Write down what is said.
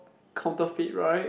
counterfeit right